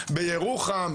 בירוחם,